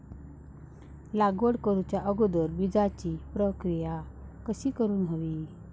लागवड करूच्या अगोदर बिजाची प्रकिया कशी करून हवी?